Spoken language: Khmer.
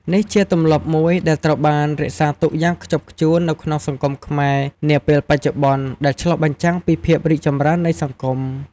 នេះជាទម្លាប់មួយដែលត្រូវបានរក្សាទុកយ៉ាងខ្ជាប់ខ្ជួននៅក្នុងសង្គមខ្មែរនាពេលបច្ចុប្បន្ន ដែលឆ្លុះបញ្ចាំងពីភាពរីកចម្រើននៃសង្គម។